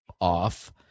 Off